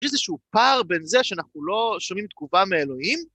יש איזשהו פער בין זה שאנחנו לא שומעים תקובה מאלוהים?